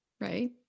Right